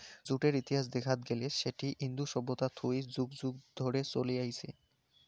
জুটের ইতিহাস দেখাত গেলে সেটি ইন্দু সভ্যতা থুই যুগ যুগ ধরে চলে আইসছে